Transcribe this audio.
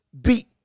beat